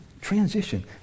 transition